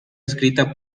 escrita